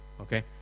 Okay